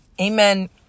Amen